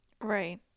Right